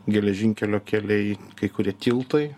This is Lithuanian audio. geležinkelio keliai kai kurie tiltai